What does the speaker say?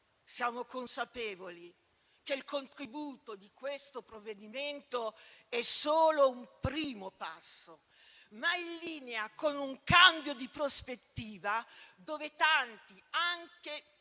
Siamo consapevoli che il contributo di questo provvedimento è solo un primo passo, ma in linea con un cambio di prospettiva dove tanti, anche piccoli,